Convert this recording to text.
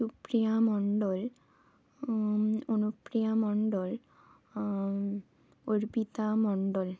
Supriya Mondal Anupriya Mondal Arpita Mondal